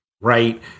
right